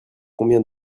combien